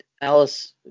Alice